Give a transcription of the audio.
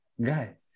guy